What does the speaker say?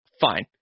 fine